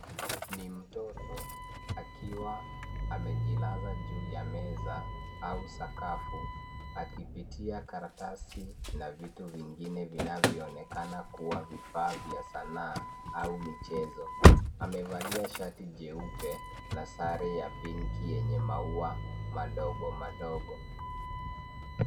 Ni mtoto akiwa amejilaza juu ya meza au sakafu akipitia karatasi na vitu vingine vinavyoonekana kuwa vifaa vya sanaa au michezo. Amevalia shati jeupe na sare ya pinki yenye maua madogo madogo.